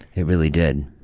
it really did.